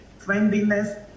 friendliness